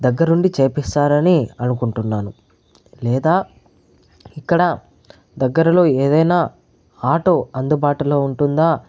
దగ్గరుండి చేయిస్తారని అనుకుంటున్నాను లేదా ఇక్కడ దగ్గరలో ఏదైనా ఆటో అందుబాటులో ఉంటుందా